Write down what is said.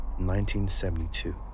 1972